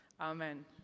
Amen